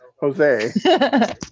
Jose